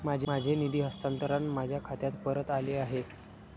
माझे निधी हस्तांतरण माझ्या खात्यात परत आले आहे